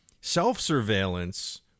Self-surveillance